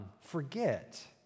forget